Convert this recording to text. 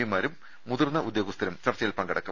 പിമാരും മുതിർന്ന ഉദ്യോഗ സ്ഥരും ചർച്ചയിൽ പങ്കെടുക്കും